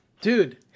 Dude